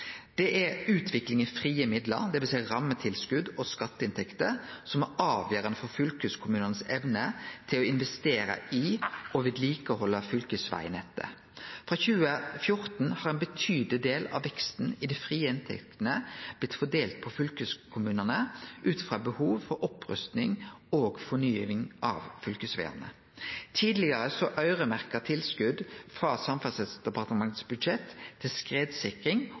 Det er utvikling i frie midlar, dvs. rammetilskot og skatteinntekter, som er avgjerande for fylkeskommunane si evne til å investere i og vedlikehalde fylkesvegnettet. Frå 2014 har ein betydeleg del av veksten i dei frie inntektene blitt fordelte på fylkeskommunane ut frå behov for opprusting og fornying av fylkesvegane. Tidlegare øyremerkte ein tilskot frå Samferdselsdepartementet sitt budsjett til skredsikring